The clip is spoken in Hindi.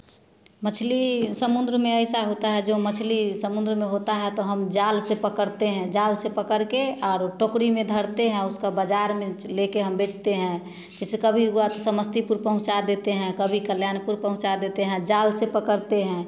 मछली समुद्र में ऐसा होता है जो मछली समुद्र में होता है तो हम जाल से पकड़ते हैं जाल से पकड़ कर और टोकरी में धरते हैं आ उसका बाज़ार में लेकर हम बेचते हैं जैसे कभी हुआ तो समस्तीपुर पहुँचा देते हैं कभी कल्याणपुर पहुँचा देते हैं आ जाल से पकड़ते हैं